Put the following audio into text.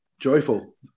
Joyful